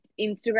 Instagram